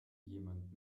jemand